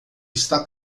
está